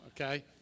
okay